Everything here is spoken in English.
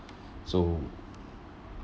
so